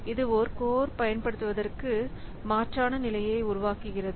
இது ஒரு கோர் பயன்படுத்துவதற்கு மாற்றான நிலையை உருவாக்குகிறது